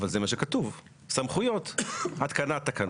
אבל כן הוצגו אסדרות אירופיות שהן טכנית --- אתה